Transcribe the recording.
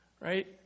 right